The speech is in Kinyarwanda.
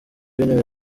w’intebe